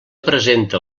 presenta